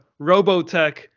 robotech